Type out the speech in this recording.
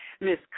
Miss